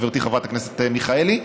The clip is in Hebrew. חברתי חברת הכנסת מיכאלי.